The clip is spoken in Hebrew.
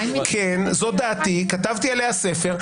כן, זאת דעתי, כתבתי עליה ספר.